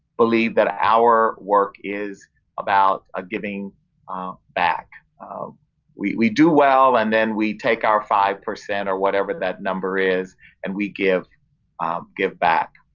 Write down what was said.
believe that our work is about ah giving back. um we do well, and then we take our five percent or whatever that number is and we give give back.